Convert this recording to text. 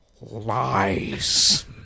Lies